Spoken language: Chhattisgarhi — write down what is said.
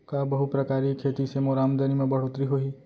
का बहुप्रकारिय खेती से मोर आमदनी म बढ़होत्तरी होही?